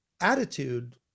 attitude